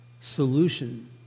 solution